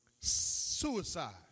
Suicide